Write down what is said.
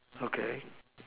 okay